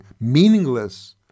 meaningless